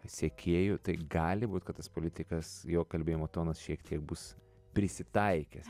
sekėjų tai gali būt kad tas politikas jo kalbėjimo tonas šiek tiek bus prisitaikęs